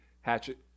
hatchet